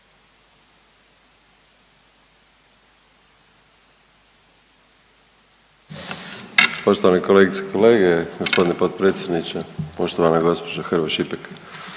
Poštovane kolegice i kolege, g. potpredsjedniče, poštovana gđo. Hrvoj-Šipek.